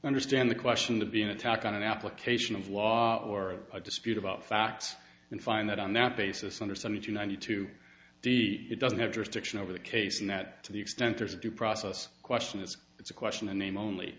understand the question to be an attack on an application of law or a dispute about facts and find that on that basis under seventy two ninety two he doesn't have jurisdiction over the case and that to the extent there is due process question is it's a question in name only